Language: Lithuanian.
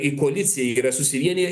į koaliciją yra susivieniję